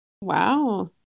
wow